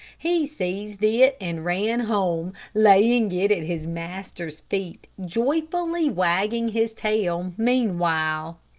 he seized it and ran home, laying it at his master's feet, joyfully wagging his tail meanwhile.